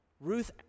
Ruth